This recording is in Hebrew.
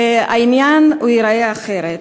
והעניין ייראה אחרת.